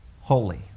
holy